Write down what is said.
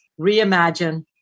reimagine